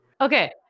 Okay